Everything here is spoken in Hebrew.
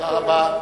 תודה רבה.